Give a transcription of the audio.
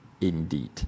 indeed